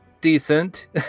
decent